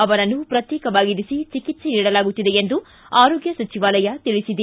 ಅವರನ್ನು ಪ್ರತ್ಯೇಕವಾಗಿರಿಸಿ ಚಿಕಿತ್ಸೆ ನೀಡಲಾಗುತ್ತಿದೆ ಎಂದು ಆರೋಗ್ಯ ಸಚಿವಾಲಯ ತಿಳಿಸಿದೆ